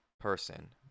person